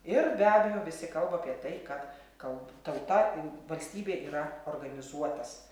ir be abejo visi kalba apie tai kad kalb tauta valstybė yra organizuotas